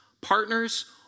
partners